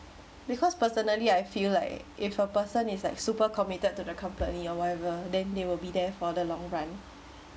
because personally I feel like if a person is like super committed to the company or whatever then they will be there for the long run